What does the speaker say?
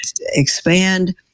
expand